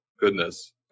goodness